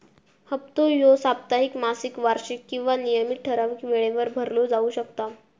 हप्तो ह्यो साप्ताहिक, मासिक, वार्षिक किंवा नियमित ठरावीक वेळेवर भरलो जाउ शकता